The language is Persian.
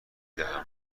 دهم